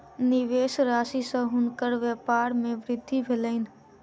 निवेश राशि सॅ हुनकर व्यपार मे वृद्धि भेलैन